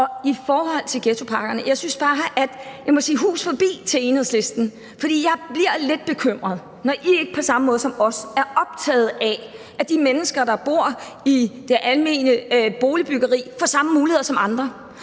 I forhold til ghettopakkerne må jeg bare sige hus forbi til Enhedslisten, for jeg bliver lidt bekymret, når I ikke på samme måde som os er optaget af, at de mennesker, der bor i det almene boligbyggeri, får samme muligheder som andre.